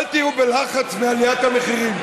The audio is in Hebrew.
אל תהיו בלחץ מעליית המחירים.